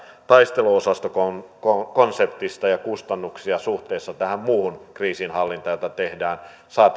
taisteluosastokonseptista ja kustannuksia suhteessa tähän muuhun kriisinhallintaan jota tehdään